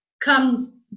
comes